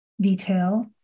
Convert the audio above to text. detail